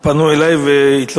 פנו אלי והתלוננו.